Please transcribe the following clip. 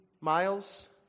miles